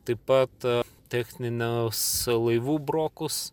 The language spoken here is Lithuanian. taip pat techninius laivų brokus